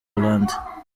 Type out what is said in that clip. hollande